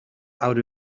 out